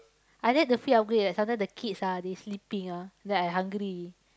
I like the free upgrade sometime the kids ah they sleeping ah then I hungry